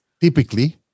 typically